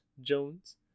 Jones